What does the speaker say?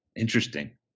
Interesting